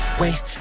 wait